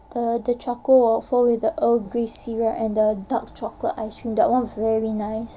the the charcoal waffle with the earl grey syrup and the dark chocolate ice cream that one was very nice